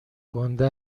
گنده